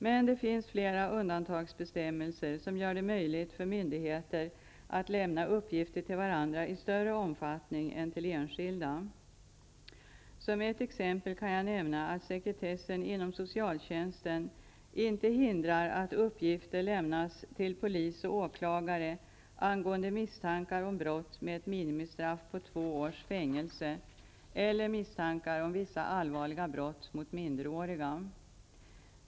Men det finns flera undantagsbestämmelser som gör det möjligt för myndigheter att lämna uppgifter till varandra i större omfattning än till enskilda. Som ett exempel kan jag nämna att sekretessen inom socialtjänsten inte hindrar att uppgifter lämnas till polis och åklagare angående misstankar om brott med ett minimistraff på två års fängelse eller misstankar om vissa allvarliga brott mot minderåriga.